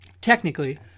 technically